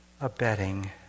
abetting